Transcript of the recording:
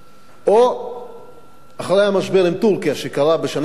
או אחרי המשבר עם טורקיה שקרה בשנה שעברה,